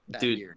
dude